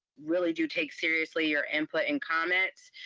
really do take seriously your input and comments.